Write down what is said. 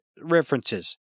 references